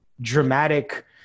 dramatic